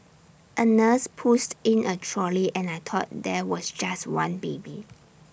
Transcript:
A nurse pushed in A trolley and I thought there was just one baby